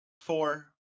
four